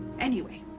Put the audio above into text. anyway,